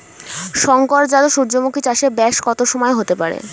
শংকর জাত সূর্যমুখী চাসে ব্যাস কত সময় হতে পারে?